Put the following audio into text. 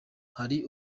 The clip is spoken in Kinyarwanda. hari